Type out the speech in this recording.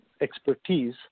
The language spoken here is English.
expertise